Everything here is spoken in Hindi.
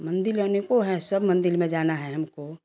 मंदिर अनेकों हैं सब मंदिरों में जाना है हमको